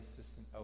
assistant